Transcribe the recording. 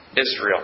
Israel